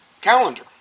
calendar